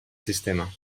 sistema